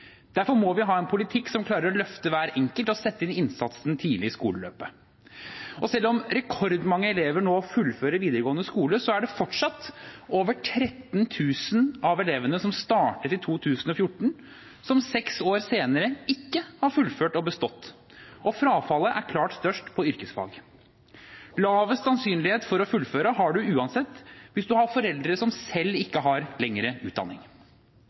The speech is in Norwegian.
Derfor må vi ha en politikk som klarer å løfte hver enkelt og sette inn innsatsen tidlig i skoleløpet. Selv om rekordmange elever nå fullfører videregående skole, er det fortsatt over 13 000 av elevene som startet i 2014, som seks år senere ikke har fullført og bestått, og frafallet er klart størst i yrkesfag. Lavest sannsynlighet for å fullføre har man uansett hvis man har foreldre som selv ikke har lengre utdanning.